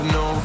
no